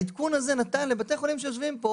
העדכון הזה נתן לבתי החולים שיושבים פה